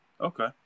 Okay